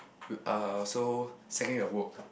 uh so second day of work